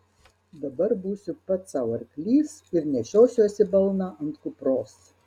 dabar būsiu pats sau arklys ir nešiosiuosi balną ant kupros